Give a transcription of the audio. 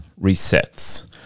resets